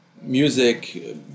music